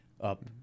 up